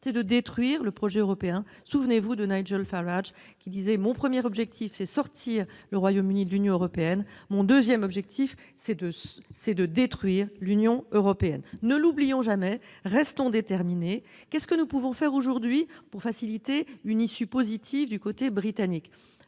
est de détruire le projet européen. Souvenons-vous de Nigel Farage, qui proclamait que son premier objectif était de sortir le Royaume-Uni de l'Union européenne, son deuxième de détruire l'Union européenne. Ne l'oublions jamais, et restons déterminés ! Que pouvons-nous faire aujourd'hui pour faciliter une issue positive du côté britannique ?